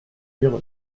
real